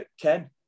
Ken